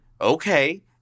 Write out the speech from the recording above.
okay